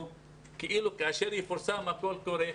כאשר יפורסם הקול קורא,